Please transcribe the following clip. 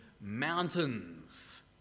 mountains